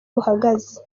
buhagaze